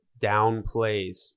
downplays